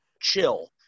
chill